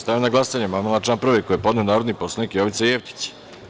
Stavljam na glasanje amandman na član 2. koji je podneo narodni poslanik Jovica Jevtić.